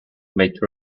made